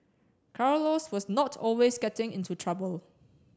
Carlos was not always getting into trouble